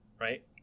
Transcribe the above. Right